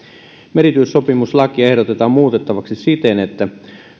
merityösopimuslakia ehdotetaan muutettavaksi siten että